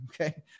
Okay